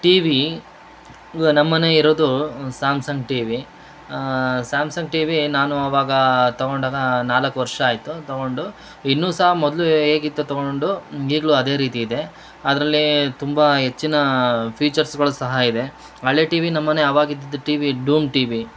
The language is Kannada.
ಟಿವಿ ಇವಾಗ ನಮ್ಮನೆ ಇರೋದು ಸ್ಯಾಮ್ಸಂಗ್ ಟಿವಿ ಸ್ಯಾಮ್ಸಂಗ್ ಟಿವಿ ನಾನು ಅವಾಗ ತಗೊಂಡಾಗ ನಾಲ್ಕು ವರ್ಷ ಆಯಿತು ತಗೊಂಡು ಇನ್ನೂ ಸಹ ಮೊದಲು ಹೇಗಿತ್ತು ತಗೊಂಡು ಈಗಲೂ ಅದೇ ರೀತಿ ಇದೆ ಅದರಲ್ಲಿ ತುಂಬ ಹೆಚ್ಚಿನ ಫೀಚರ್ಸ್ಗಳು ಸಹ ಇದೆ ಹಳೆ ಟಿವಿ ನಮ್ಮನೆ ಅವಾಗ್ ಇದ್ದಿದ್ದ ಟಿವಿ ಡೂಮ್ ಟಿವಿ